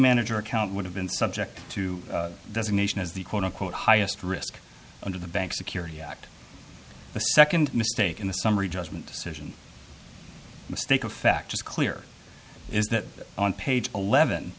manager account would have been subject to doesn't nation as the quote unquote highest risk under the bank's security act the second mistake in the summary judgment decision mistake of fact is clear is that on page eleven